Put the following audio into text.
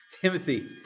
Timothy